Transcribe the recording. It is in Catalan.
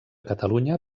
catalunya